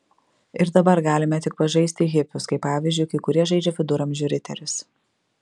ir dabar galime tik pažaisti hipius kaip pavyzdžiui kai kurie žaidžia viduramžių riterius